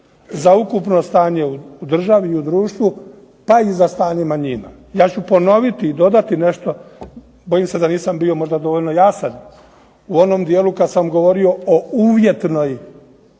za ukupno stanje u državi i u društvu pa i za stanje manjina. Ja ću ponoviti i dodati nešto, bojim se da nisam bio možda dovoljno jasan u onom dijelu kad sam govorio o uvjetnoj,